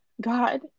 God